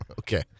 Okay